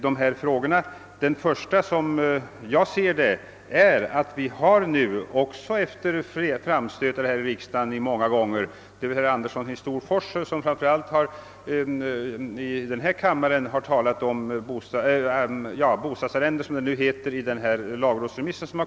Många gånger — i denna kammare framför allt efter framstötar av herr Andersson i Storfors — har vi berört frågan om bostadsarrende, som det kallas i den omnämnda lagrådsremissen.